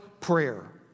prayer